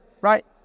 right